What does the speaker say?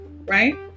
right